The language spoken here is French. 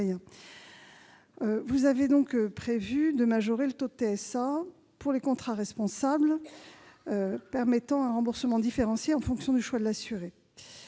Vous proposez de majorer le taux de TSA pour les contrats responsables permettant un remboursement différencié en fonction du choix de l'assuré.